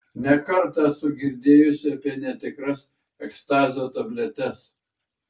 ne kartą esu girdėjusi apie netikras ekstazio tabletes